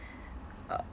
uh